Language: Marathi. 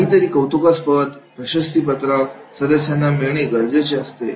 काही तरी कौतुकास्पद प्रशस्तीपत्रक सदस्यांना मिळणे गरजेचे असते